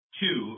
two